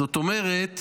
זאת אומרת